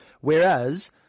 Whereas